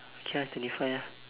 okay ah twenty five ah